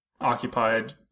occupied